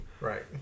Right